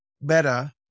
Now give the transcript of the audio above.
better